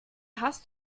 hast